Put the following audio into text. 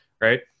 right